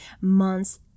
months